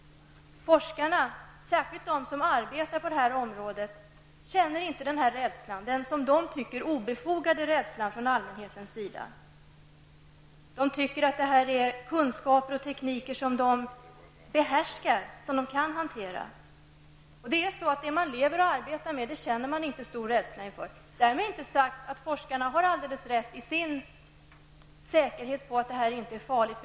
Forskarna, särskilt de som arbetar inom detta område, känner inte denna, som de tycker, obefogade rädsla hos allmänheten. De tycker att de behärskar kunskapen och tekniken och kan hantera den. Det man lever och arbetar med känner man inte stor rädsla inför. Därmed inte sagt att forskaren har alldeles rätt när de är säkra på att det inte är farligt.